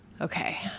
okay